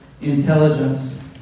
intelligence